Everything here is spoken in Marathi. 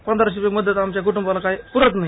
पंधराशे रूपये मदत आमच्या कुटुंबाला काही पुरत नाही